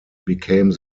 became